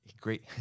Great